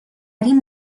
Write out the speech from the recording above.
این